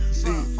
see